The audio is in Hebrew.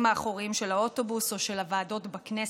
האחוריים של האוטובוס או של הוועדות בכנסת.